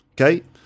Okay